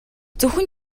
зөвхөн